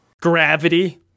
Gravity